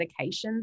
medications